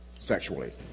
sexually